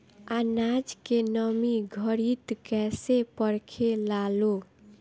आनाज के नमी घरयीत कैसे परखे लालो?